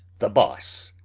the boss,